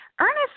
Ernest